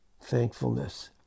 Thankfulness